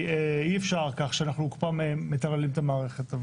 אי-אפשר כך שאנחנו כל פעם מטרללים את המערכת.